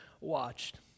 watched